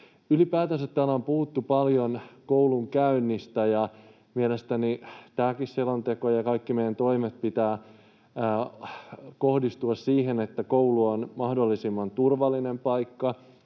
Ylipäätänsä täällä on puhuttu paljon koulunkäynnistä, ja mielestäni tämänkin selonteon ja kaikkien meidän toimien pitää kohdistua siihen, että koulu on mahdollisimman turvallinen paikka